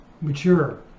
mature